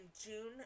June